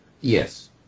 Yes